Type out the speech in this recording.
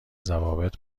ضوابط